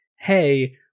hey